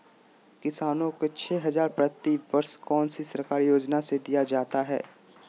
किसानों को छे हज़ार प्रति वर्ष कौन सी सरकारी योजना से दिया जाता है?